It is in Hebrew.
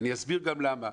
ואני אסביר גם למה.